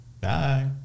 Bye